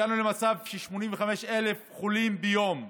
הגענו למצב של 85,000 חולים ביום,